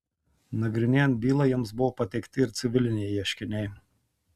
nagrinėjant bylą jiems buvo pateikti ir civiliniai ieškiniai